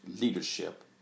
leadership